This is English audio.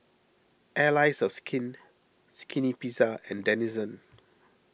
Allies of Skin Skinny Pizza and Denizen